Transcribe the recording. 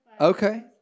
Okay